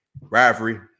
rivalry